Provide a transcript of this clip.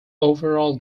overall